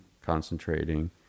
concentrating